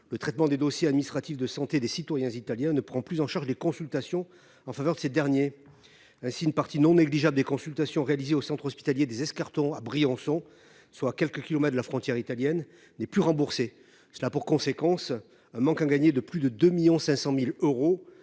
-le traitement des dossiers administratifs de santé des citoyens italiens, ne prend plus en charge les consultations en faveur de ces derniers. Ainsi, une partie non négligeable des consultations qui sont réalisées au centre hospitalier des Escartons, à Briançon, soit à quelques kilomètres de la frontière italienne, n'est plus remboursée. Cela a pour conséquence un manque à gagner de plus de 2,5 millions d'euros